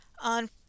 On